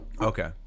Okay